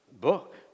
book